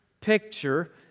picture